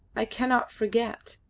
i cannot forget.